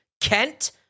Kent